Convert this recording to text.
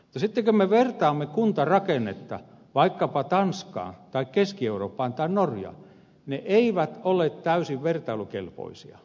mutta sitten kun me vertaamme kuntarakennetta vaikkapa tanskaan tai keski eurooppaan tai norjaan ne eivät ole täysin vertailukelpoisia